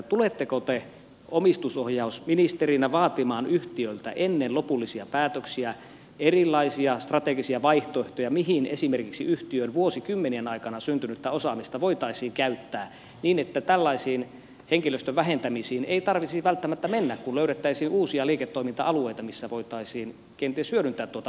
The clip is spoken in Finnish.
tuletteko te omistusohjausministerinä vaatimaan yhtiöltä ennen lopullisia päätöksiä erilaisia strategisia vaihtoehtoja mihin esimerkiksi yhtiön vuosikymmenien aikana syntynyttä osaamista voitaisiin käyttää niin että tällaisiin henkilöstön vähentämisiin ei tarvitsisi välttämättä mennä kun löydettäisiin uusia liiketoiminta alueita missä voitaisiin kenties hyödyntää tuota osaamista